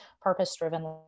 purpose-driven